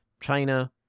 China